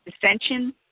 dissension